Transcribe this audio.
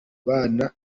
bana